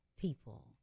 people